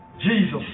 Jesus